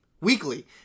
weekly